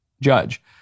judge